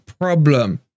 problem